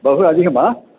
बहु अधिकं वा